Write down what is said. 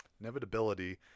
inevitability